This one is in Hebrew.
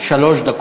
שלוש דקות,